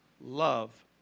Love